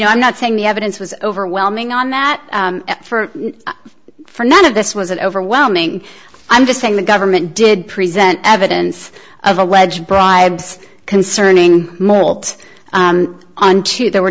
know i'm not saying the evidence was overwhelming on that for none of this was an overwhelming i'm just saying the government did present evidence of a wedge brides concerning malt on two there were